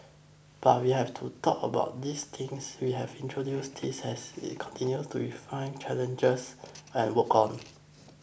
but we have to thought about these things we have introduced these has it continue to refine challenges and worked on